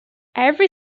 every